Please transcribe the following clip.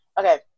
Okay